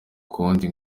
konti